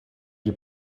die